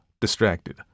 distracted